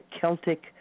Celtic